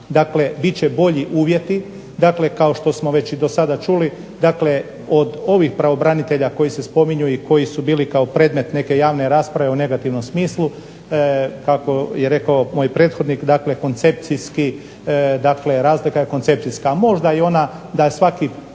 ojačana, biti će bolji uvjeti dakle kao što smo do sada čuli, dakle od ovih pravobranitelja koji se spominju i koji su bili predmet neke rasprave u negativnom smislu kako je rekao moj prethodnik dakle koncepcijski, razlika je koncepcijska. Možda i ona da svaki